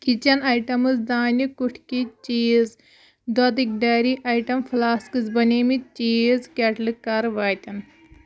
kitchen items دانہِ کُٹھکہِ چیٖز دۄدٕکۍ ڈیری آیٹم فلاسکٕز بنیمٕتۍ چیٖز کیٹلہٕ کَر واتن